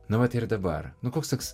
nu vat ir dabar nu koks toks